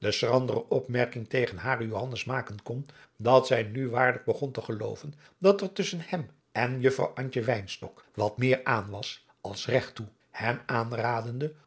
schrandere opmerking tegen haren johannes maken kon dat zij nu waarlijk begon te gelooven dat er tusschen hem en juffrouw antje wynstok wat meer aan was als regt toe hem aanradende